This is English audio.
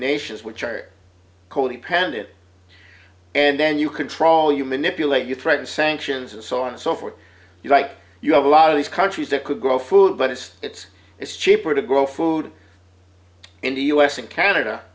nations which codependent and then you control you manipulate you threaten sanctions and so on so for you like you have a lot of these countries that could grow food but it's it's it's cheaper to grow food in the u s and canada